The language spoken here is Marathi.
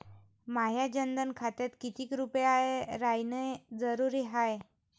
माह्या जनधन खात्यात कितीक रूपे रायने जरुरी हाय?